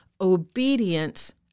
obedience